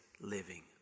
living